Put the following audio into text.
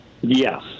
Yes